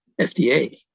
FDA